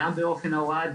גם באופן ההוראה,